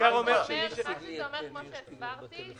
מה שזה אומר, כמו שהסברתי,